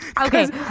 okay